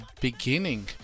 beginning